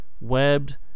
webbed